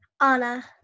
Anna